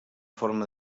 forma